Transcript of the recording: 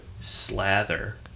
slather